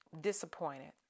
disappointed